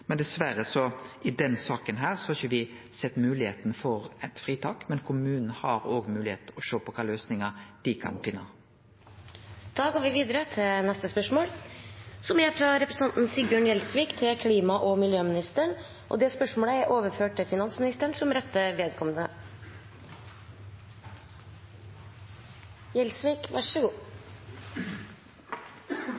I denne saka har me dessverre ikkje sett moglegheita for eit fritak, men kommunen har moglegheit til å sjå på kva løysingar dei kan finne. Dette spørsmålet er trukket. Dette spørsmålet, fra representanten Sigbjørn Gjelsvik til klima- og miljøministeren, er overført til finansministeren som rette